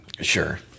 sure